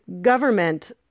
government